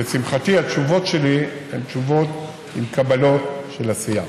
לשמחתי התשובות שלי הן תשובות עם קבלות של עשייה.